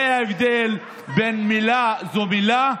זה ההבדל בין מילה שהיא מילה,